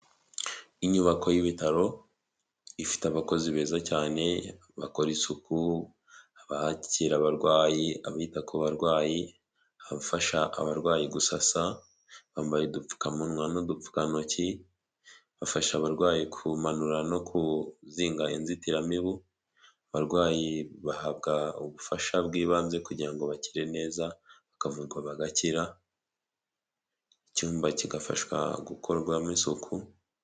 Inyubako y'ibitaro ifite abakozi beza cyane, bakora isuku, abakira abarwayi, abita ku barwayi abafasha abarwayi gusasa, bambaye udupfukamunwa n'dupfukantoki, bafasha abarwayi kumanura no kuzinga inzitiramibu, abarwayi bahabwa ubufasha bw'ibanze kugira ngo bakire neza bakavurwa bagakira, icyumba kigafashwa gukorwamo isuku.